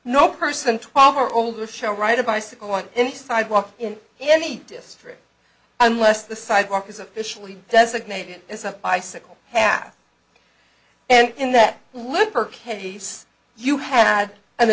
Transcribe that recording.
no person twelve or older shall ride a bicycle on any sidewalk in any district unless the sidewalk is officially designated as a bicycle half and in that liquor case you had an